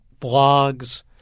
blogs